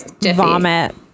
vomit